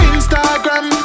Instagram